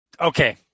Okay